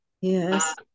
Yes